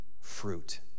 fruit